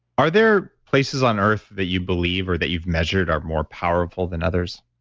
are there places on earth that you believe or that you've measured are more powerful than others?